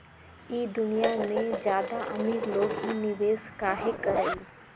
ई दुनिया में ज्यादा अमीर लोग ही निवेस काहे करई?